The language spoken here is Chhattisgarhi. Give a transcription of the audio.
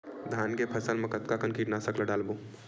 धान के फसल मा कतका कन कीटनाशक ला डलबो?